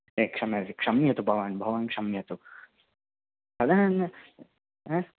ये क्षम्य क्षम्यतु भवान् भवान् क्षम्यतु तदन् हा